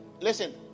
listen